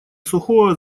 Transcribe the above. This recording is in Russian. сухого